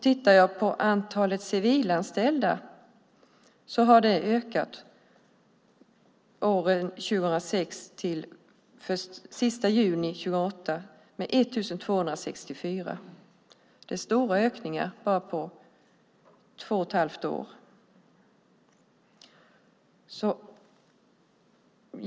Tittar jag på antalet civilanställda har det ökat från år 2006 till den 30 juni 2008 med 1 264 personer. Det är stora ökningar på bara på två och ett halvt år.